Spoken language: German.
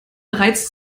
bereits